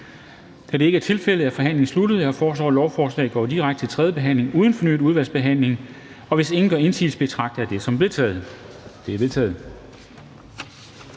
Da det ikke er tilfældet, er forhandlingen sluttet. Jeg foreslår, at lovforslaget går direkte til tredje behandling uden fornyet udvalgsbehandling. Hvis ingen gør indsigelse, betragter det som vedtaget.